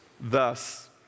thus